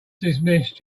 dismissed